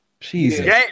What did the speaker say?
Jesus